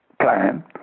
plan